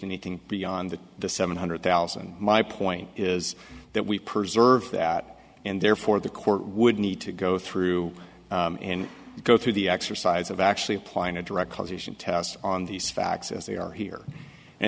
anything beyond the seven hundred thousand my point is that we preserve that and therefore the court would need to go through and go through the exercise of actually applying a direct causation test on these facts as they are here